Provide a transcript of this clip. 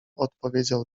odpowiedział